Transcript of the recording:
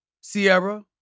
Sierra